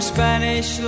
Spanish